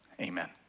Amen